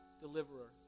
Deliverer